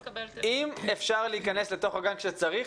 אם אפשר להיכנס לתוך הגן כשצריך,